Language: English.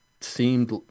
seemed